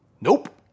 Nope